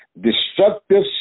Destructive